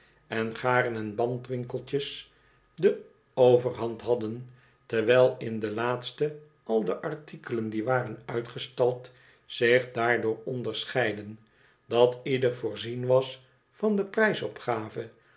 en garen en bandwinkeltjes de overhand hadden terwijl in de laatste al de artikelen die waren uitgestald zich daardoor onderscheidden dat ieder voorzien was van de prijsopgave